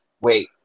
wait